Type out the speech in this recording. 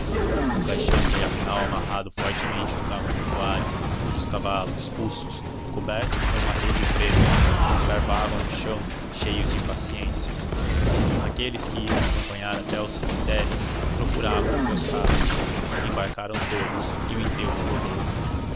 o caixão foi afinal amarrado fortemente no carro mortuário cujos cavalos ruços cobertos com uma rede preta escarvavam o chão cheios de impaciência aqueles que iam acompanhar até ao cemitério procuravam os seus carros embarcaram todos e o enterro rodou